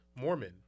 Mormon